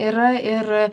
yra ir